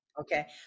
Okay